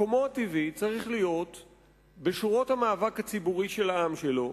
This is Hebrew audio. מקומו הטבעי צריך להיות בשורות המאבק הציבורי של העם שלו,